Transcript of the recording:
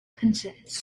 consents